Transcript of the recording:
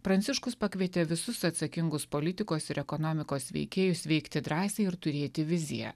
pranciškus pakvietė visus atsakingus politikos ir ekonomikos veikėjus veikti drąsiai ir turėti viziją